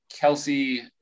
Kelsey